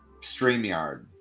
StreamYard